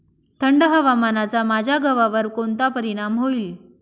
थंड हवामानाचा माझ्या गव्हावर कोणता परिणाम होईल?